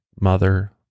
mother